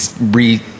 re